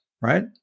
right